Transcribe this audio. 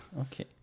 Okay